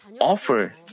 offer